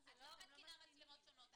את לא מתקינה מצלמות שונות.